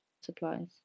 supplies